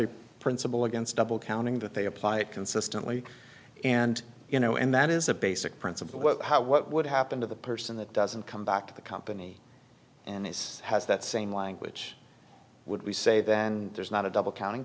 a principle against double counting that they apply it consistently and you know and that is a basic principle how what would happen to the person that doesn't come back to the company and it's has that same language would we say then there's not a double counting